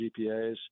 GPAs